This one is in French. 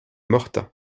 morta